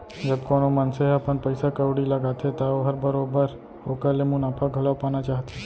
जब कोनो मनसे ह अपन पइसा कउड़ी लगाथे त ओहर बरोबर ओकर ले मुनाफा घलौ पाना चाहथे